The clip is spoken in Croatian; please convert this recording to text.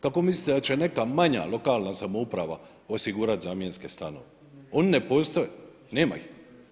Kako mislite da će neka manja lokalna samouprava osigurat zamjenske stanove, oni ne postoje, nema ih.